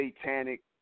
satanic